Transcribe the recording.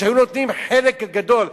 שהיו נותנים חלק גדול,